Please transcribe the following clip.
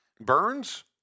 Burns